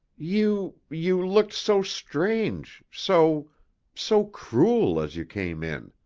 you you looked so strange, so so cruel as you came in,